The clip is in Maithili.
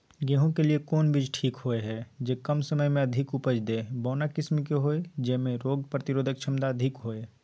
गेहूं के लिए कोन बीज ठीक होय हय, जे कम समय मे अधिक उपज दे, बौना किस्म के होय, जैमे रोग प्रतिरोधक क्षमता अधिक होय?